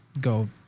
go